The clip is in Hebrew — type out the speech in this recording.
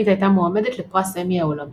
התוכנית הייתה מועמדת לפרס אמי העולמי.